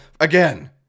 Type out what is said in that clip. again